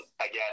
Again